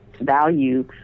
value